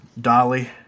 Dolly